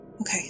Okay